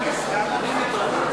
נתקבלה.